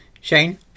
Shane